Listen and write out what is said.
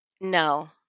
No